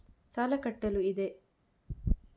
ಸಾಲ ಕಟ್ಟಲು ಇದೆ